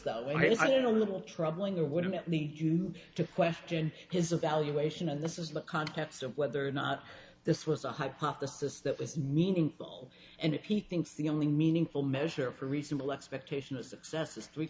know a little troubling or would it lead you to question his evaluation and this is the context of whether or not this was a hypothesis that was meaningful and if he thinks the only meaningful measure for reasonable expectation of success is three